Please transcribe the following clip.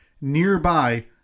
Nearby